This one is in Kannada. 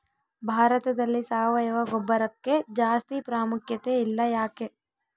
ಭಾರತದಲ್ಲಿ ಸಾವಯವ ಗೊಬ್ಬರಕ್ಕೆ ಜಾಸ್ತಿ ಪ್ರಾಮುಖ್ಯತೆ ಇಲ್ಲ ಯಾಕೆ?